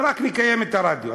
ורק נקיים את הרדיו,